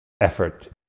effort